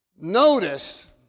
Notice